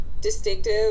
distinctive